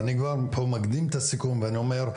ואני כבר פה מקדים את הסיכום ואני אומר,